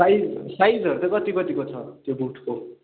size साइजहरू चाहिँ कति कतिको छ त्यो बुटको